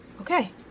Okay